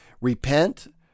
repent